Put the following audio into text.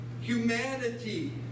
Humanity